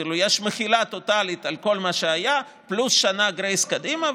כאילו יש מחילה טוטלית על כל מה שהיה פלוס שנה של גרייס קדימה,